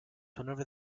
whenever